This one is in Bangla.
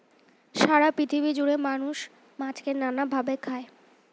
সারা পৃথিবী জুড়ে মানুষ মাছকে নানা ভাবে খায়